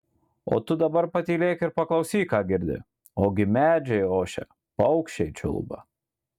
o tu dabar patylėk ir paklausyk ką girdi ogi medžiai ošia paukščiai čiulba